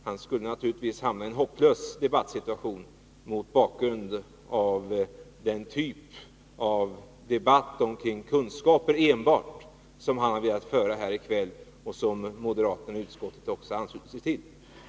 Han skulle naturligtvis hamna i en hopplös debattsituation, mot bakgrund av den debatt om enbart kunskaper som han har velat föra här i kväll och som moderaterna i utskottet har anslutit sig till.